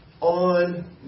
on